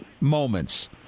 Moments